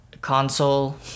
console